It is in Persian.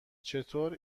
چطور